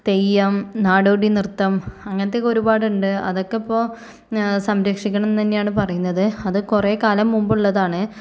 തെയ്യം നാടോടി നൃത്തം അങ്ങനത്തെയൊക്കെ ഒരുപാടുണ്ട് അതൊക്കെയിപ്പോൾ സംരക്ഷിക്കണമെന്ന് തന്നെയാണ് പറയുന്നത് അത് കുറേക്കാലം മുൻപുള്ളതാണ്